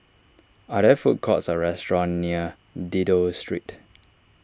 are there food courts or restaurants near Dido Street